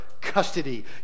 custody